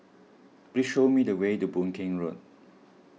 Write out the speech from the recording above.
please show me the way to Boon Keng Road